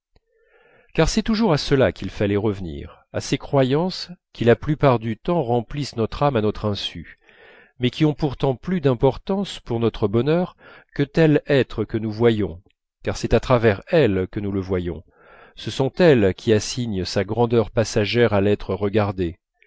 car c'est toujours à cela qu'il fallait revenir à ces croyances qui la plupart du temps remplissent notre âme à notre insu mais qui ont pourtant plus d'importance pour notre bonheur que tel être que nous voyons car c'est à travers elles que nous le voyons ce sont elles qui assignent sa grandeur passagère à l'être regardé